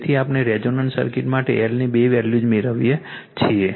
તેથી આપણે resonant circuit માટે L ની બે વેલ્યૂઝ મેળવીએ છીએ